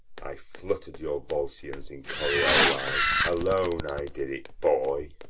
i flutter'd your volscians in corioli alone i did it boy!